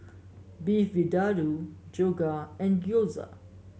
Beef Vindaloo Dhokla and Gyoza